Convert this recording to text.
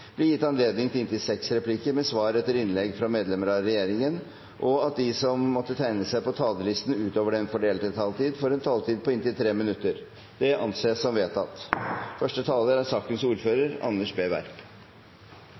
blir gitt anledning til replikkordskifte på inntil seks replikker med svar etter innlegg fra medlemmer av regjeringen, og at de som måtte tegne seg på talerlisten utover den fordelte taletid, får en taletid på inntil 3 minutter. – Det anses vedtatt.